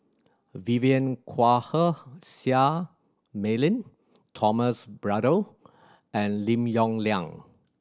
Vivien Quahe Seah Mei Lin Thomas Braddell and Lim Yong Liang